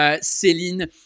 Céline